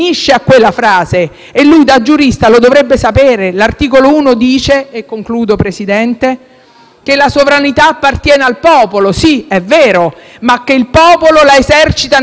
che la sovranità appartiene al popolo, ed è vero, ma anche che il popolo: «la esercita nelle forme e nei limiti della Costituzione», quei limiti che voi violerete con questo voto.